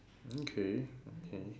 okay okay